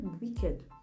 wicked